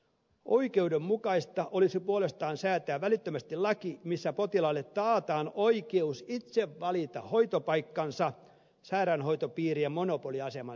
oikeudenmukaista olisi puolestaan säätää välittömästi laki missä potilaalle taataan oikeus itse valita hoitopaikkansa sairaanhoitopiirien monopoliaseman sijasta